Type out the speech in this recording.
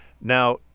Now